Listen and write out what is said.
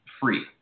free